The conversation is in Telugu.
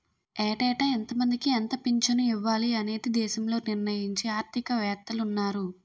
ఏటేటా ఎంతమందికి ఎంత పింఛను ఇవ్వాలి అనేది దేశంలో నిర్ణయించే ఆర్థిక వేత్తలున్నారు